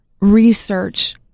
research